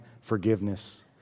forgiveness